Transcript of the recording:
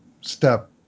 step